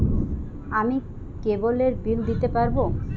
আমি কেবলের বিল দিতে পারবো?